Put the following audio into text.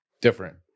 different